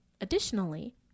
Additionally